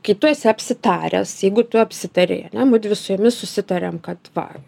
kai tu esi apsitaręs jeigu tu apsitari ar ne mudvi su jumis susitariam kad va